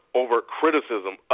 over-criticism